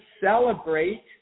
celebrate